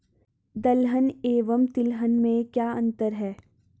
दलहन एवं तिलहन में क्या अंतर है?